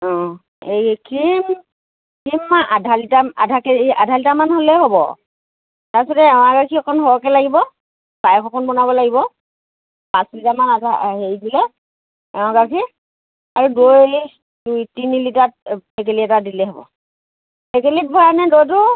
অঁ এই cream cream আধা লিটাৰ আধা কে আধা লিটাৰমান হ'লেই হ'ব তাৰপিছতে এৱা গাখীৰ অকণ সৰহকৈ লাগিব পায়স অকণ বনাব লাগিব পাঁচ লিটাৰমান আধা হেৰি দিলে এৱা গাখীৰ আৰু দৈ দুই তিনি লিটাৰ টেকেলি এটা দিলেই হ'ব টেকেলিত ভৰাইনে দৈটো